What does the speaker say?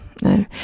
No